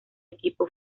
equipo